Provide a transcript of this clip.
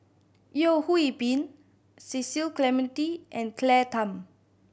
Yeo Hwee Bin Cecil Clementi and Claire Tham